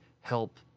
help